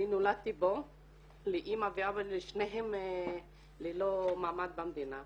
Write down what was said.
נולדתי פה לאמא ואבא שניהם ללא מעמד במדינה,